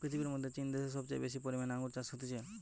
পৃথিবীর মধ্যে চীন দ্যাশে সবচেয়ে বেশি পরিমানে আঙ্গুর চাষ হতিছে